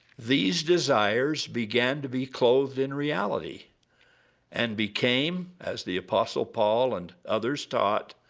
these desires began to be clothed in reality and became, as the apostle paul and others taught,